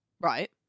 Right